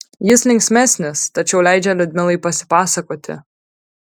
jis linksmesnis tačiau leidžia liudmilai pasipasakoti